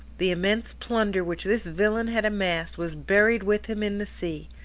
the immense plunder which this villain had amassed, was buried with him in the sea,